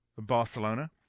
Barcelona